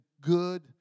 good